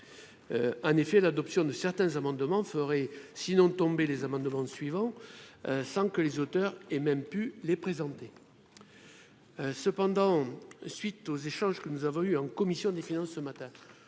en effet, l'adoption de certains amendements sinon tomber les amendements suivants sans que les auteurs et même pu les présenter cependant suite aux échanges que nous avons eus en commission des finances, ce matin,